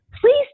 please